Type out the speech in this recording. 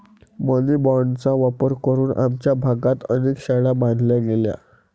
मनी बाँडचा वापर करून आमच्या भागात अनेक शाळा बांधल्या गेल्या